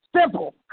Simple